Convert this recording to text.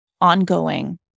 ongoing